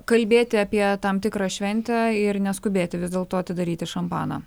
kalbėti apie tam tikrą šventę ir neskubėti vis dėlto atidaryti šampaną